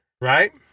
right